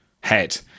head